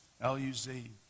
L-U-Z